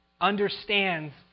understands